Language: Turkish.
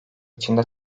içinde